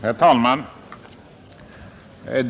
Herr talman!